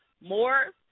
more